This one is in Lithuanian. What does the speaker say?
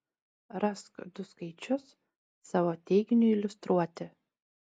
rask du skaičius savo teiginiui iliustruoti